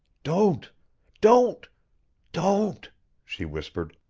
don't don't don't she whispered.